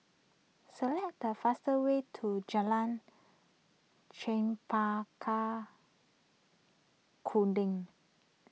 select the fastest way to Jalan Chempaka Kuning